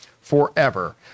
forever